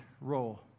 role